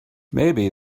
maybe